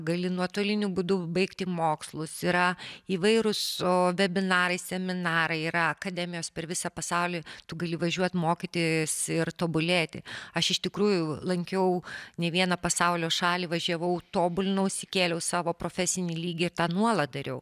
gali nuotoliniu būdu baigti mokslus yra įvairūs o vebinarai seminarai yra akademijos per visą pasaulį tu gali važiuot mokytis ir tobulėti aš iš tikrųjų lankiau ne vieną pasaulio šalį važiavau tobulinausi kėliau savo profesinį lygį ir tą nuolat dariau